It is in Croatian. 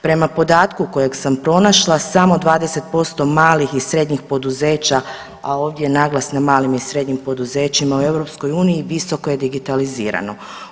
Prema podatku kojeg sam pronašla samo 20% malih i srednjih poduzeća, a ovdje je naglas na malim i srednjim poduzećima u EU visoko je digitalizirano.